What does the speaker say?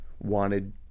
wanted